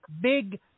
big